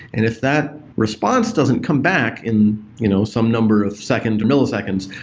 and if that response doesn't come back in you know some number of second to milliseconds,